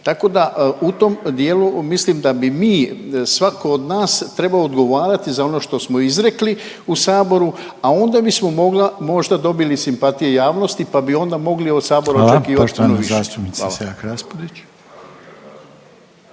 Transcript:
tako da u tom dijelu mislim da bi mi, svatko od nas trebao odgovarati za ono što smo izrekli u saboru, a onda bismo mogla možda dobili simpatije javnosti pa bi onda mogli od sabora očekivati puno više. **Reiner, Željko (HDZ)** Hvala, poštovana